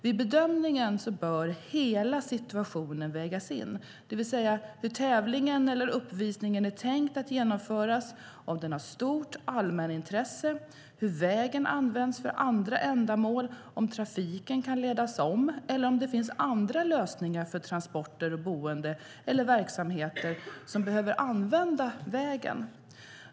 Vid bedömningen bör hela situationen vägas in, det vill säga hur tävlingen eller uppvisningen är tänkt att genomföras, om den har stort allmänintresse, om vägen används för andra ändamål, om trafiken kan ledas om eller om det finns andra lösningar för transporter och boende eller verksamheter som behöver använda vägen.